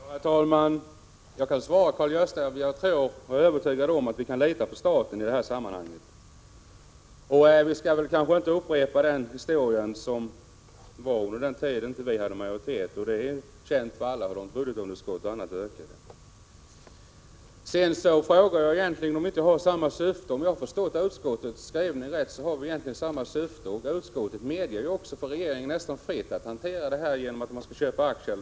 Herr talman! Jag kan svara Karl-Gösta Svenson att jag tror och är övertygad om att vi kan lita på staten i det här sammanhanget. Vi skall väl kanske inte upprepa historien om hur det var under den tid då vi inte hade majoritet. Det är känt för alla att budgetunderskott och annat ökade då. Sedan undrar jag om vi egentligen inte har samma syfte. Om jag har förstått utskottets skrivning rätt har vi det, och utskottet ger ju också dem som skall agera stor frihet att t.ex. köpa aktier.